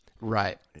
right